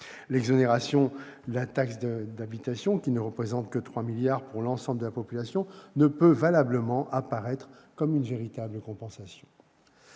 L'exonération de taxe d'habitation, qui ne représente que 3 milliards d'euros pour l'ensemble de la population, ne peut valablement apparaître comme une véritable compensation.